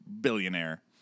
billionaire